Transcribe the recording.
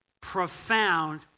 profound